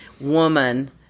woman